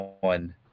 one